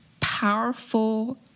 powerful